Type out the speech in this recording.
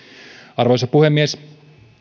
arvoisa puhemies